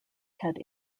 had